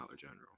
General